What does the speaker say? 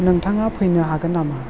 नोंथाङा फैनो हागोन नामा